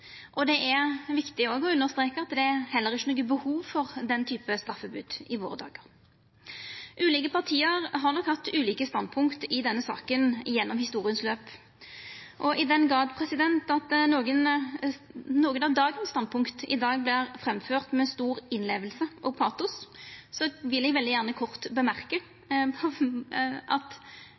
og det er viktig å understreka at det heller ikkje er noko behov for den typen straffebod i våre dagar. Ulike parti har nok hatt ulike standpunkt i denne saka gjennom historias laup. I den grad at nokre av dagens standpunkt vert framførte med stor innleving og patos, vil eg veldig gjerne kort påpeika at